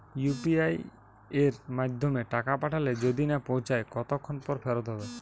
UPI য়ের মাধ্যমে টাকা পাঠালে যদি না পৌছায় কতক্ষন পর ফেরত হবে?